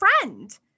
friend